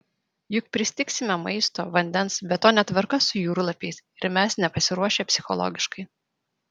juk pristigsime maisto vandens be to netvarka su jūrlapiais ir mes nepasiruošę psichologiškai